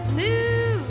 new